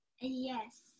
Yes